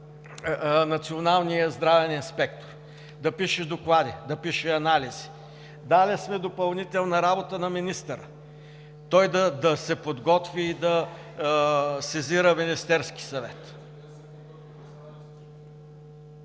националния здравен инспектор – да пише доклади, да пише анализи. Дали сме допълнителна работа на министъра – той да се подготви и да сезира Министерския съвет.